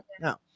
No